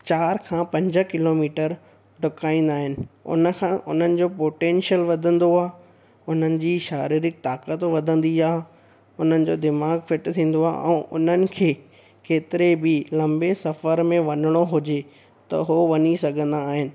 चारि खां पंज किलोमीटर डुकाईंदा आहिनि उन खां उन्हनि जो पोटैंशियल वधंदो आहे उन्हनि जी शारिरीक ताक़त वधंदी आहे उन्हन जो दिमाग़ु फिट थींदो आहे ऐं उन्हनि खे केतिरे बि लंबे सफ़र में वञिणो हुजे त उहे वञी सघंदा आहिनि